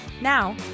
Now